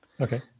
Okay